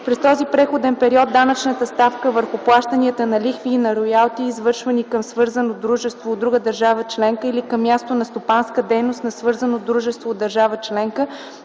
През този преходен период данъчната ставка върху плащанията на лихви и на роялти, извършвани към свързано дружество от друга държава членка или към място на стопанска дейност на свързано дружество от държава членка,